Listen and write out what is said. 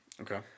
Okay